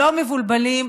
לא מבולבלים,